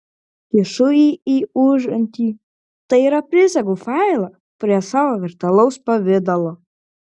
kišu jį į užantį tai yra prisegu failą prie savo virtualaus pavidalo